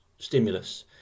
stimulus